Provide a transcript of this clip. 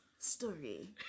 Story